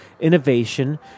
innovation